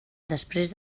després